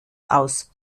aus